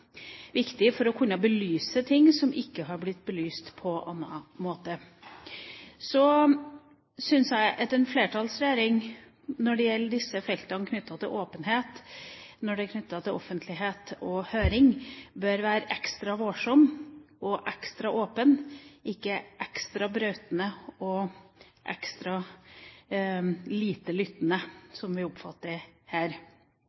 viktig for å kunne belyse ting som ikke har blitt belyst på annen måte. Så synes jeg at en flertallsregjering, når det gjelder disse feltene knyttet til åpenhet, knyttet til offentlighet og høring, bør være ekstra varsom og ekstra åpen, ikke ekstra brautende og ekstra lite lyttende, som vi oppfatter dem her.